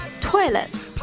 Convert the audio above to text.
toilet